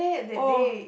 oh